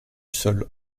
sol